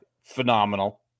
phenomenal